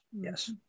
yes